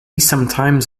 sometimes